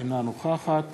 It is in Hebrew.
אינה נוכחת